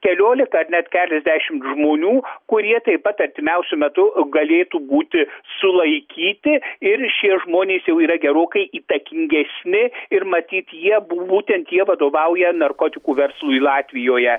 keliolika ar net keliasdešimt žmonių kurie taip pat artimiausiu metu galėtų būti sulaikyti ir šie žmonės jau yra gerokai įtakingesni ir matyt jie bu būtent jie vadovauja narkotikų verslui latvijoje